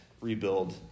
rebuild